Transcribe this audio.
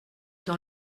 dans